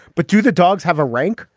but do the dogs have a rank?